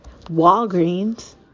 Walgreens